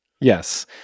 yes